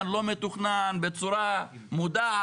מתוכנן, לא מתוכנן, בצורה מודעת.